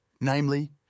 namely